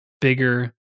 bigger